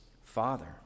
Father